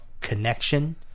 connection